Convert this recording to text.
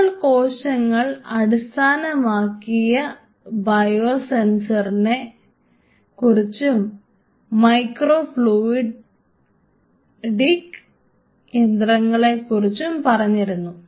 നമ്മൾ കോശങ്ങൾ അടിസ്ഥാനമാക്കിയ ബയോസെൻസറിനെ കുറിച്ചും മൈക്രോ ഫ്ലൂയിടിക് യന്ത്രങ്ങളെ കുറിച്ചും പറഞ്ഞിരുന്നു